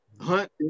Hunt